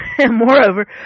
moreover